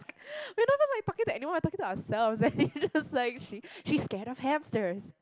we never like talking to anyone we talking to ourselves then she just like she she's scared of hamsters